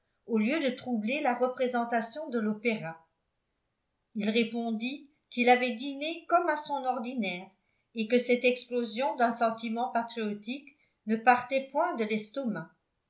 au lieu de troubler la représentation de l'opéra il répondit qu'il avait dîné comme à son ordinaire et que cette explosion d'un sentiment patriotique ne partait point de l'estomac